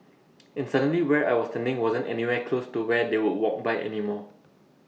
and suddenly where I was standing wasn't anywhere close to where they would walk by anymore